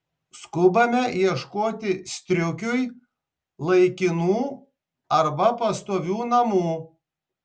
skubame ieškoti striukiui laikinų arba pastovių namų